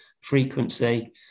frequency